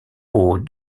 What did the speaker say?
aux